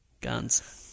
Guns